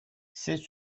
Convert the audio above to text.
c’est